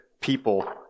people